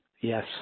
Yes